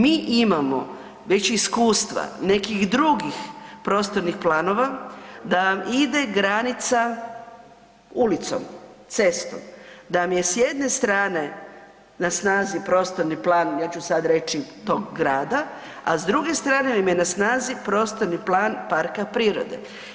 Mi imamo već iskustva nekih drugih prostornih planova da ide granica ulicom, cestom, da vam je s jedne strane na snazi prostorni plan, ja ću sad reći tog grada, a s druge strane vam je na snazi prostorni plan parka prirode.